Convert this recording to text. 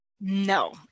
No